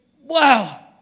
wow